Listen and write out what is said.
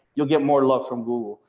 you'll get more love from google.